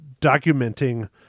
documenting